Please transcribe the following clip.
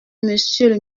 monsieur